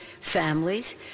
families